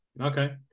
Okay